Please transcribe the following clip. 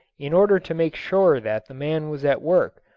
in order to make sure that the man was at work,